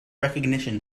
recognition